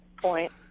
point